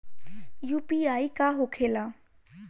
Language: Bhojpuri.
यू.पी.आई का होके ला?